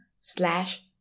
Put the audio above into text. slash